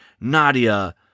Nadia